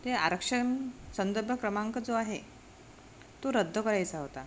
ते आरक्षण संदर्भ क्रमांक जो आहे तो रद्द करायचा होता